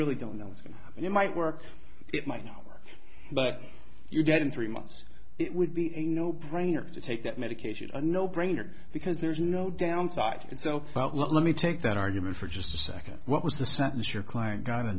really don't know and it might work it might not work but you get in three months it would be a no brainer to take that medication a no brainer because there's no downside to it so let me take that argument for just a second what was the sentence your client got in